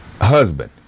husband